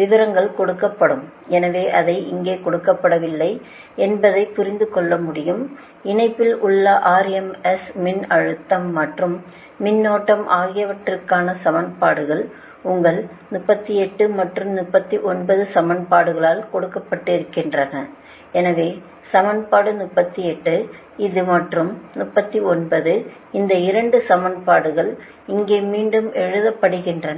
விவரங்கள் கொடுக்கப்படும் எனவே அதை இங்கே கொடுக்கப்படவில்லை என்பதை புரிந்துகொள்ள முடியும் இணைப்பில் உள்ள r m s மின்னழுத்தம் மற்றும் மின்னோட்டம் ஆகியவற்றுக்கான சமன்பாடுகள் உங்கள் 38 மற்றும் 39 சமன்பாடுகளால் கொடுக்கப்படுகின்றன எனவே சமன்பாடு 38 இது மற்றும் 39 இந்த 2 சமன்பாடுகள் இங்கே மீண்டும் எழுதப்படுகின்றன